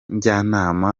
njyanama